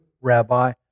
rabbi